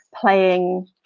playing